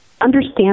understand